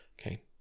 okay